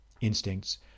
instincts